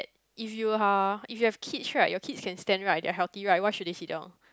if you are if you have kids right your kids can stand right they are healthy right why should they sit down